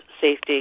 safety